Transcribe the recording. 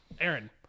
Aaron